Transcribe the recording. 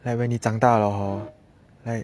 like when 你长大了 hor like